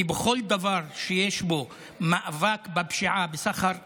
כי בכל דבר שיש בו מאבק בפשיעה, בסחר בנשק,